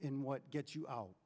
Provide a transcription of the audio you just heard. in what get you out